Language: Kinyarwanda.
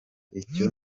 icyo